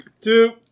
Two